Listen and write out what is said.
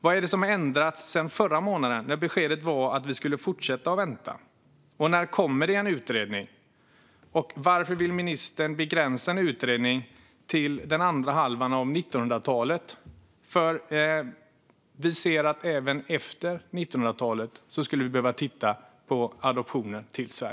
Vad har ändrats sedan förra månaden när beskedet var att vi skulle fortsätta vänta? När kommer utredningen? Varför vill ministern begränsa utredningen till den andra halvan av 1900-talet? Vi behöver titta på adoptioner till Sverige även efter 1900-talet.